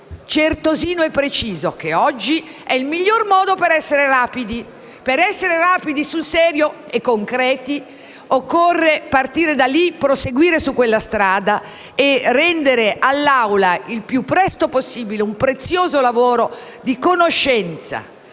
certosino e preciso che oggi è il miglior modo per essere rapidi. Per essere rapidi sul serio e concreti occorre partire da lì, proseguire su quella strada e rendere il più presto possibile all'Assemblea un prezioso lavoro di conoscenza